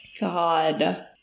God